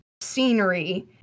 scenery